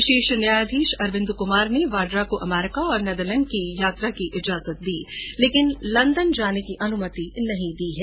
विशेष न्यायाधीश अरविंद क्मार ने वाड्रा को अमरीका और नीदरलैंड की यात्रा की अनुमति दी है लेकिन लंदन जाने की अनुमति नहीं दी है